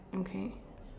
okay